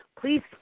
Please